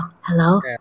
hello